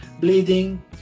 bleeding